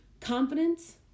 Confidence